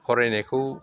फरायनायखौ